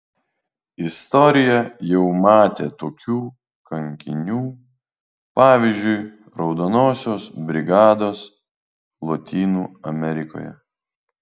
istorija jau matė tokių kankinių pavyzdžiui raudonosios brigados lotynų amerikoje